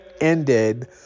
ended